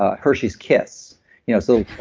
ah hershey's kiss you know so